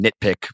nitpick